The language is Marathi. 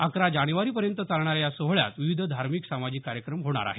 अकरा जानेवारपर्यंत चालणाऱ्या या सोहळ्यात विविध धार्मिक सामाजिक कार्यक्रम होणार आहेत